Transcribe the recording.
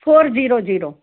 four zero zero